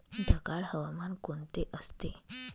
ढगाळ हवामान कोणते असते?